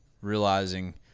realizing